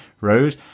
road